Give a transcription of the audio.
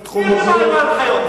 בתחום הזה,